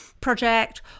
project